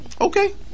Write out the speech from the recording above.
Okay